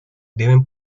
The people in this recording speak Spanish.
deben